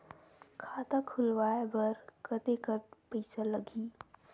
खाता खुलवाय बर कतेकन पईसा लगही?